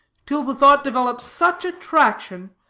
till the thought develops such attraction,